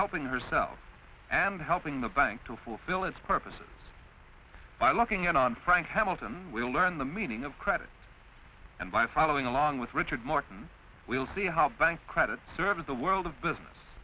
helping herself and helping the bank to fulfill its purpose by locking in on frank hamilton will learn the meaning of credit and by following along with richard morton we'll see how bank credit service the world of business